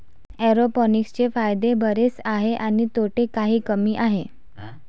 एरोपोनिक्सचे फायदे बरेच आहेत आणि तोटे काही कमी आहेत